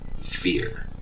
fear